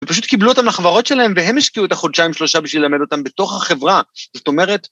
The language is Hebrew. ופשוט קיבלו אותם לחברות שלהם והם השקיעו את החודשיים שלושה בשביל ללמד אותם בתוך החברה, זאת אומרת...